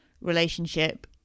relationship